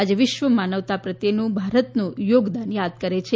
આજે વિશ્વ માનવતા પ્રત્યેનું ભારતનું યોગદાન યાદ કરે છે